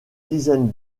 dizaine